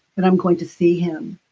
and i'm going to see him.